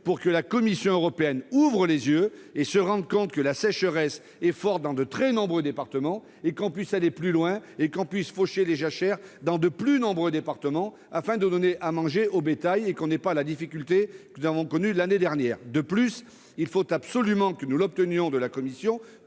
pour que la Commission européenne ouvre les yeux et se rende compte que la sécheresse est forte dans de très nombreux départements. Nous devons aller plus loin et pouvoir faucher les jachères dans d'autres départements afin de donner à manger au bétail et éviter les difficultés que nous avons connues l'année dernière. De plus, il faut absolument que nous obtenions de la Commission